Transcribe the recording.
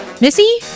Missy